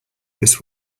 this